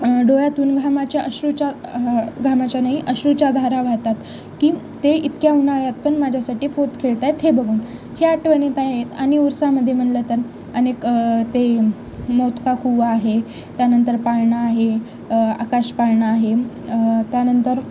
डोळ्यातून घामाच्या अश्रूच्या घामाच्या नाही अश्रूच्या धारा वाहतात की ते इतक्या उन्हाळ्यात पण माझ्यासाठी पोत खेळतायेत हे बघून ह्या आठवणी आहेत आणि उरसामध्ये म्हणलं तर अनेक ते मौत का कुंवा आहे त्यानंतर पाळणा आहे आकाश पाळणा आहे त्यानंतर